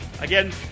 again